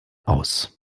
aus